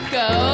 go